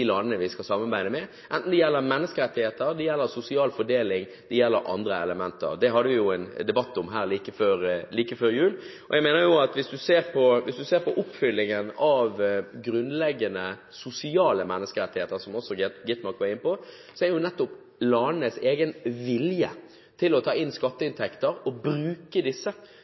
landene vi skal samarbeide med, enten det gjelder menneskerettigheter, sosial fordeling eller andre elementer. Det hadde vi en debatt om her like før jul. Jeg mener at hvis en ser på oppfølgingen av grunnleggende sosiale menneskerettigheter, som også Skovholt Gitmark var inne på, står det nettopp på landenes egen vilje til å ta inn skatteinntekter og bruke disse